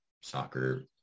soccer